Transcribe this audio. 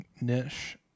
Niche